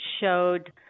showed